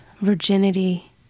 virginity